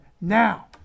Now